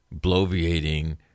bloviating